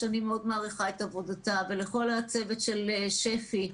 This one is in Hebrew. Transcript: שאני מאוד מעריכה את עבודתה ולכל הצוות של שפ"י.